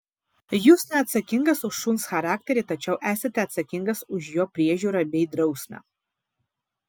jūs neatsakingas už šuns charakterį tačiau esate atsakingas už jo priežiūrą bei drausmę